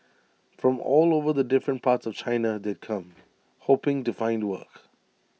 from all over the different parts of China they'd come hoping to find work